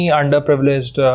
underprivileged